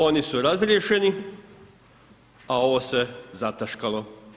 Oni su razriješeni a ovo se zataškalo.